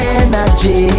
energy